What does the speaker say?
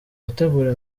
gutegura